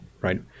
right